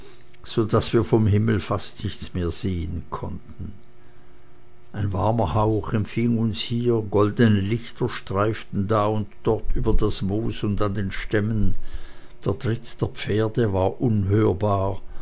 so daß wir vom himmel fast nichts mehr sehen konnten ein warmer hauch empfing uns hier goldene lichter streiften da und dort über das moos und an den stämmen der tritt der pferde war unhörbar